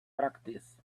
practice